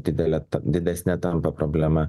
didelė didesnė tampa problema